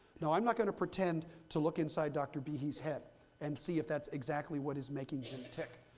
now i'm not going to pretend to look inside dr. behe's head and see if that's exactly what is making him tick.